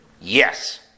Yes